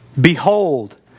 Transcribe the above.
Behold